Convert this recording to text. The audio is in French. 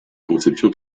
conception